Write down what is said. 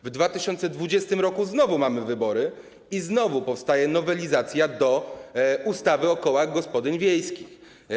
W 2020 r. znowu mamy wybory i znowu powstaje nowelizacja ustawy o kołach gospodyń wiejskich.